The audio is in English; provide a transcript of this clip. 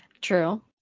True